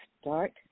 start